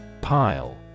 Pile